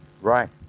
Right